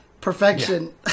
perfection